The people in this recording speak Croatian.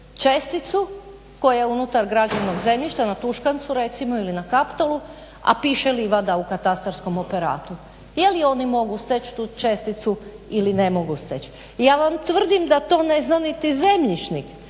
česticu koja je unutar građevnog zemljišta na Tuškancu recimo, Kaptolu a piše livada u katastarskom operatu. Je li oni mogu steć tu česticu ili ne mogu steć. Ja vam tvrdim da to ne zna niti zemljišnik